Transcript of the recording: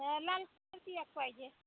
आणि लाल कलरची एक पाहिजे